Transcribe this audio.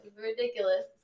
ridiculous